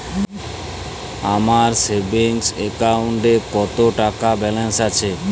আমার সেভিংস অ্যাকাউন্টে কত টাকা ব্যালেন্স আছে?